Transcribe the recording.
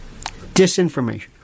Disinformation